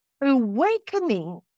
awakening